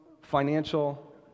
financial